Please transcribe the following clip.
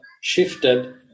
shifted